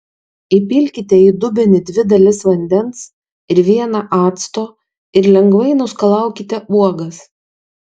įpilkite į dubenį dvi dalis vandens ir vieną acto ir lengvai nuskalaukite uogas